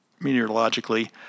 meteorologically